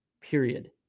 period